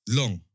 long